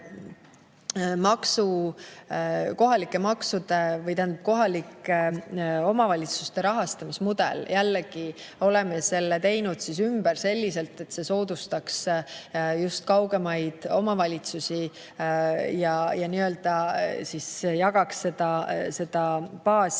rohkem töökohti. Või võtame kohalike omavalitsuste rahastamise mudeli. Jällegi oleme selle teinud ümber selliselt, et see soodustaks just kaugemaid omavalitsusi ja nii-öelda jagaks seda baasi